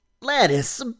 lettuce